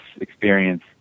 experience